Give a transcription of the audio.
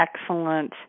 excellent